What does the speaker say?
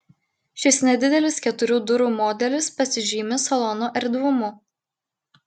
šis nedidelis keturių durų modelis pasižymi salono erdvumu